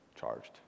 charged